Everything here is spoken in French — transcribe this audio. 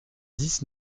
dix